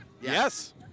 Yes